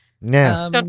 Now